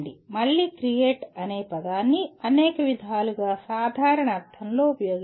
మళ్ళీ క్రియేట్ అనే పదాన్ని అనేక విధాలుగా సాధారణ అర్థంలో ఉపయోగిస్తారు